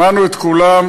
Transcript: שמענו את כולם,